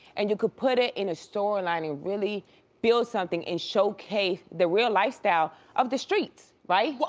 and you could put it in a storyline and really build something and showcase the real lifestyle of the streets, right?